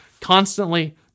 constantly